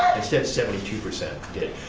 instead seventy two percent did.